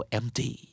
empty